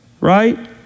right